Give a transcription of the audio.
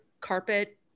carpet